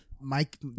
Mike